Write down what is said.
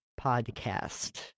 Podcast